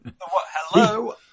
Hello